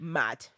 mad